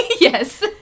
Yes